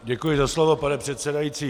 Děkuji za slovo, pane předsedající.